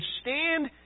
stand